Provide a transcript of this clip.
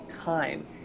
time